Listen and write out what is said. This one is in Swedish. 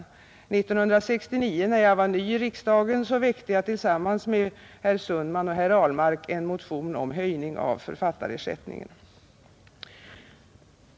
1969, när jag var ny i riksdagen, väckte jag tillsammans med herr Sundman och herr Ahlmark en motion om höjning av författarersättningen.